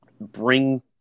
bring –